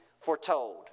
foretold